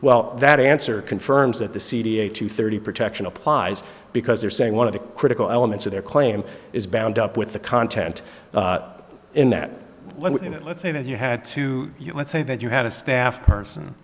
well that answer confirms that the c t a to thirty protection applies because they're saying one of the critical elements of their claim is bound up with the content in that let's say that you had to say that you had a staff person